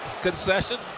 concession